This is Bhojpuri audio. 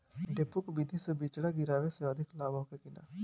डेपोक विधि से बिचड़ा गिरावे से अधिक लाभ होखे की न?